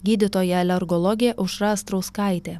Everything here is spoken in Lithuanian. gydytoja alergologė aušra astrauskaitė